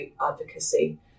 advocacy